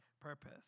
purpose